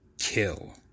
Kill